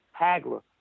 Hagler